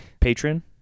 Patron